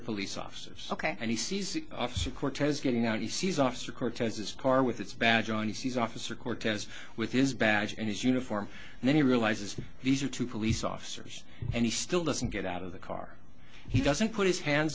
police officers ok and he sees officer cortez getting out he sees officer cortez's car with its badge on he sees officer cortez with his badge and his uniform and then he realizes that these are two police officers and he still doesn't get out of the car he doesn't put his hands